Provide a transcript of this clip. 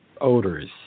odors